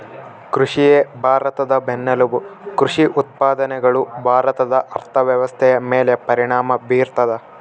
ಕೃಷಿಯೇ ಭಾರತದ ಬೆನ್ನೆಲುಬು ಕೃಷಿ ಉತ್ಪಾದನೆಗಳು ಭಾರತದ ಅರ್ಥವ್ಯವಸ್ಥೆಯ ಮೇಲೆ ಪರಿಣಾಮ ಬೀರ್ತದ